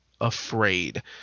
afraid